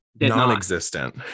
non-existent